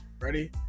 Ready